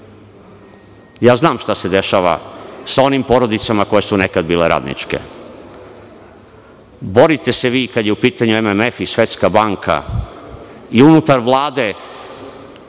Znam šta se dešava sa onim porodicama koje su nekad bile radničke. Borite se vi kada je u pitanju MMF i Svetska banka i unutar Vlade,